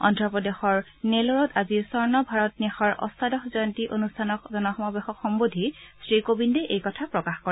অভ্ৰপ্ৰদেশৰ নেলৰত আজি স্বৰ্ণ ভাৰত ন্যাসৰ অষ্টাদশ জয়ন্তী অনুষ্ঠানত জনসমাৱেশক সম্বোধি শ্ৰী কোবিন্দে এই কথা প্ৰকাশ কৰে